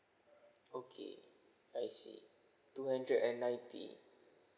okay I see two hundred and ninety